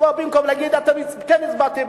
במקום להגיד: אתם כן הצבעתם,